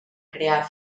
crear